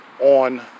on